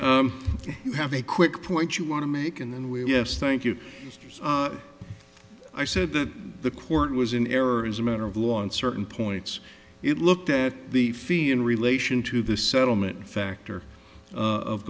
over you have a quick point you want to make and then we have to thank you i said that the court was in error as a matter of law on certain points it looked at the fee in relation to the settlement factor of